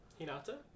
Hinata